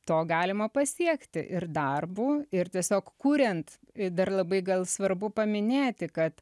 to galima pasiekti ir darbu ir tiesiog kuriant dar labai gal svarbu paminėti kad